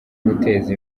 guteza